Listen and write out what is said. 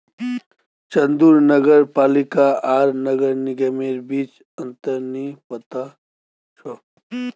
चंदूक नगर पालिका आर नगर निगमेर बीच अंतर नइ पता छ